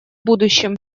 будущем